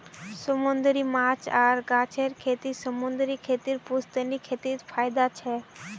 समूंदरी माछ आर गाछेर खेती समूंदरी खेतीर पुश्तैनी खेतीत फयदा छेक